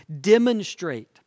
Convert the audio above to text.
Demonstrate